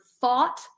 thought